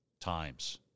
times